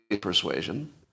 persuasion